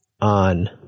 on